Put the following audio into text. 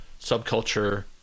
subculture